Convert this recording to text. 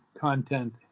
content